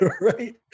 right